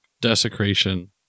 desecration